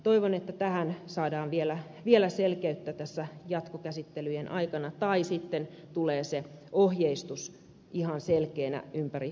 toivon että tähän saadaan vielä selkeyttä tässä jatkokäsittelyjen aikana tai sitten tulee se ohjeistus ihan selkeänä ympäri suomea